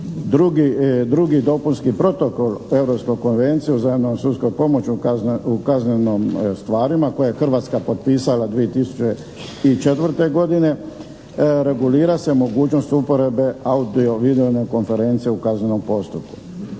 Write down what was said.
drugi dopunski protokol Europske konvencije o uzajamnoj sudskoj pomoći u kaznenim stvarima koje je Hrvatska potpisala 2004. godine regulira se mogućnost uporabe audio-videone konferencije u kaznenom postupku.